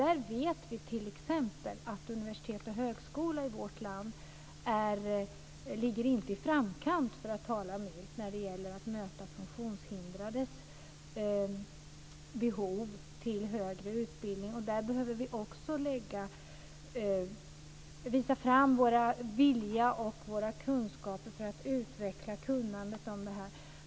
Här vet vi t.ex. att universitet och högskola i vårt land inte ligger i framkant, för att tala milt, när det gäller att möta de funktionshindrades behov av högre utbildning. Därför behöver vi visa vår vilja att utveckla kunskaperna på området.